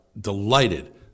delighted